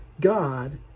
God